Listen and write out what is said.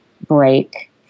break